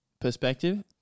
perspective